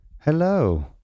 Hello